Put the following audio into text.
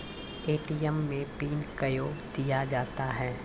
ATM मे pin कयो दिया जाता हैं?